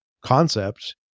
concept